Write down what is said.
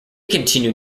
continued